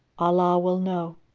allah will know,